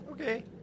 Okay